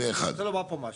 אני רוצה לומר פה משהו.